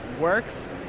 works